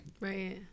right